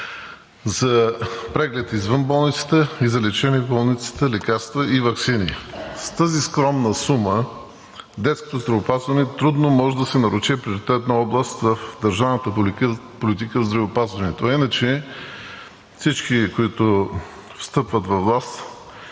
за преглед извън болницата и за лечение в болницата – лекарства и ваксини. С тази скромна сума детското здравеопазване трудно може да се нарече приоритетна област в държавната политика в здравеопазването. Иначе всички, които встъпват във власт